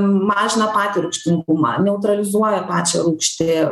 mažina patį rūgštingumą neutralizuoja pačią rūgštį